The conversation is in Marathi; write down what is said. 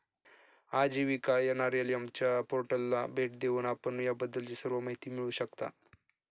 आजीविका एन.आर.एल.एम च्या पोर्टलला भेट देऊन आपण याबद्दलची सर्व माहिती मिळवू शकता